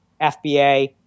FBA